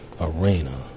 arena